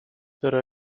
pero